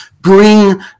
bring